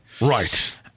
Right